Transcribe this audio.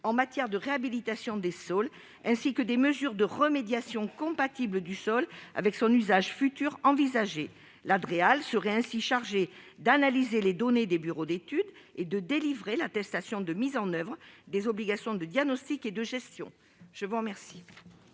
en matière de réhabilitation des sols, ainsi que des mesures de remédiation compatible du sol avec son usage futur envisagé. La Dreal serait ainsi chargée d'analyser les données des bureaux d'études et de délivrer l'attestation de mise en oeuvre des obligations de diagnostic et de gestion. La parole